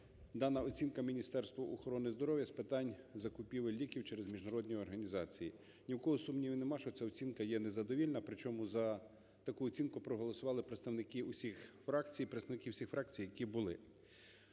дана оцінка Міністерству охорони здоров'я з питань закупівель ліків через міжнародні організації. Ні в кого сумнівів нема, що ця оцінка є незадовільна. Причому за таку оцінку проголосували представники усіх фракцій,